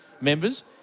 members